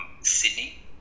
Sydney